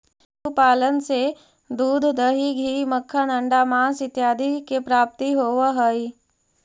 पशुपालन से दूध, दही, घी, मक्खन, अण्डा, माँस इत्यादि के प्राप्ति होवऽ हइ